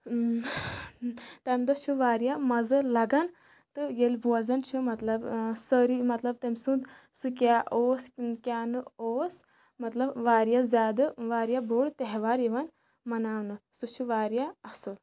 تَمہِ دۄہ چھُ واریاہ مَزٕ لگان تہٕ ییٚلہِ بوزان چھِ مطلب سٲری مطلب تٔمۍ سُنٛد سُہ کیاہ اوس کیاہ نہٕ اوس مطلب واریاہ زیادٕ واریاہ بوٚڑ تہوار یِوان مناونہٕ سُہ چھُ واریاہ اَصٕل